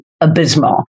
abysmal